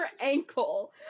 ankle